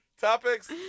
Topics